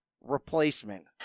replacement